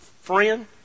friend